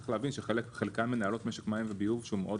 צריך להבין שחלקן מנהלות משק מים וביוב שהוא לא מאוד